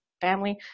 family